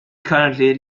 currently